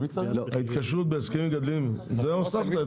את זה הוספת?